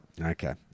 Okay